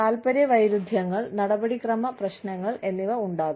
താൽപ്പര്യ വൈരുദ്ധ്യങ്ങൾ നടപടിക്രമ പ്രശ്നങ്ങൾ എന്നിവ ഉണ്ടാകാം